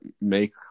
make